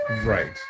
Right